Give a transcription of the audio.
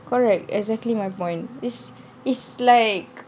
correct exactly my point it's it's like